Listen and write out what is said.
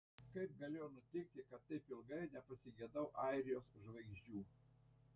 kaip galėjo nutikti kad taip ilgai nepasigedau airijos žvaigždžių